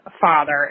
father